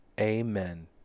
Amen